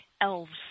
elves